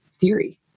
theory